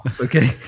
Okay